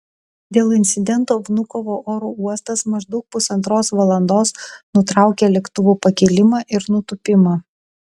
dėl incidento vnukovo oro uostas maždaug pusantros valandos nutraukė lėktuvų pakilimą ir nutūpimą